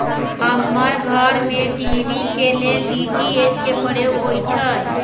हमर घर में टी.वी के लेल डी.टी.एच के प्रयोग होइ छै